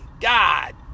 God